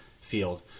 field